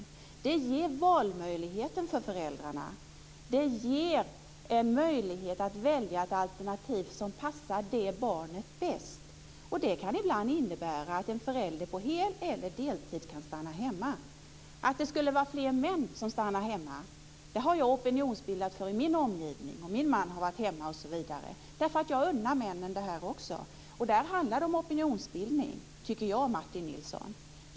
Vårdnadsbidraget ger en möjlighet för föräldrarna att välja det alternativ som passar barnet bäst. Det kan ibland innebära att en förälder kan stanna hemma på heltid eller deltid. Jag har i min omgivning försökt skapa opinion för att fler män ska stanna hemma. Min man har varit hemma osv. Jag unnar också männen den här möjligheten. Jag tycker, Martin Nilsson, att det här handlar om opinionsbildning.